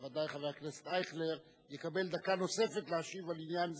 בוודאי חבר הכנסת אייכלר יקבל דקה נוספת להשיב על עניין זה.